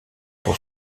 pour